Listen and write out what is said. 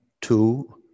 two